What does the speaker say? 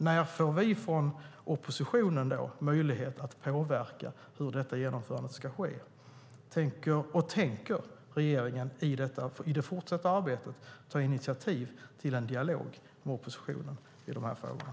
När får vi från oppositionen möjlighet att påverka hur detta genomförande ska gå till? Tänker regeringen i det fortsatta arbetet ta initiativ till en dialog med oppositionen i de här frågorna?